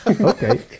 Okay